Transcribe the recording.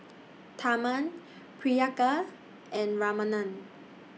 Tharman Priyanka and Ramanand